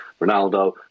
Ronaldo